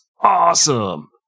awesome